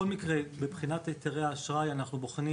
מבחינת היתרי אשראי, אנחנו בוחנים